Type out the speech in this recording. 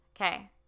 Okay